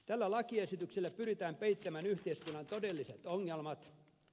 tällä lakiesityksellä pyritään peittämään yhteiskunnan todelliset ongelmat